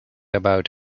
about